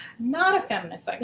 not a feminist like